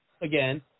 again